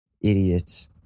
Idiots